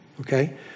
Okay